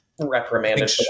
reprimanded